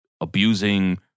abusing